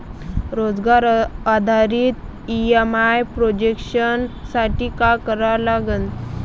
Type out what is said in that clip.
रोजगार आधारित EMI projection साठी का करा लागन?